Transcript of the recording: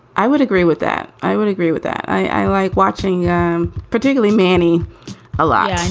i would agree with that. i would agree with that. i like watching um particularly manny a lot